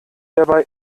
dabei